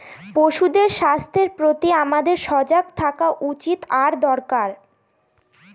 পশুদের স্বাস্থ্যের প্রতি আমাদের সজাগ থাকা উচিত আর দরকার